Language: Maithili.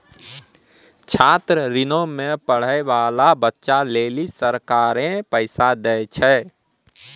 छात्र ऋणो मे पढ़ै बाला बच्चा लेली सरकारें पैसा दै छै